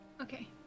Okay